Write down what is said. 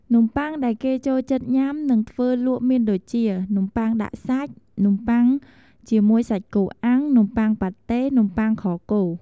នំប័ុងដែលគេចូលចិត្តញុាំនិងធ្វើលក់មានដូចជា នំបុ័ងដាក់សាច់ នំបុ័ងជាមួយសាច់គោអាំង នំប័ុងប៉ាតេ នំប័ុងខគោ។